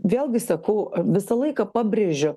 vėlgi sakau visą laiką pabrėžiu